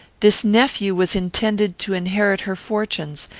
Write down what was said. this nephew was intended to inherit her fortunes,